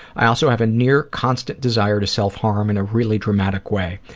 i also have a near-constant desire to self-harm in a really dramatic way.